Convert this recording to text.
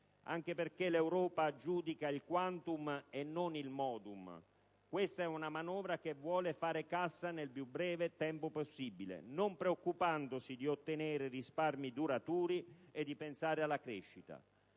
anche perché l'Europa giudica il *quantum* e non il *modus*: questa è una manovra che vuole far cassa nel più breve tempo possibile, non preoccupandosi di ottenere risparmi duraturi e di pensare alla crescita;